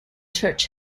church